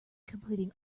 completing